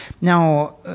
Now